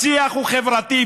השיח פה הוא חברתי.